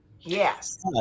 Yes